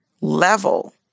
level